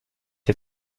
est